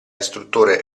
istruttore